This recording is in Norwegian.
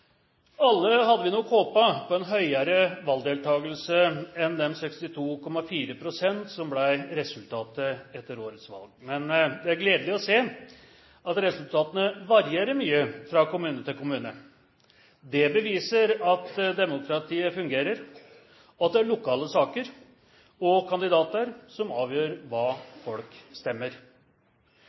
Alle hadde vi nok håpet på en høyere valgdeltakelse enn de 62,4 pst. som ble resultatet etter årets valg. Men det er gledelig å se at resultatene varierer mye fra kommune til kommune. Det beviser at demokratiet fungerer, og at det er lokale saker og kandidater som avgjør hva folk stemmer.